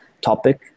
topic